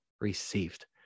received